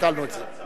ביטלנו את זה.